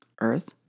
earth